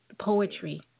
poetry